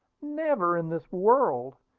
never in this world!